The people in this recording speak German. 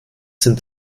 sind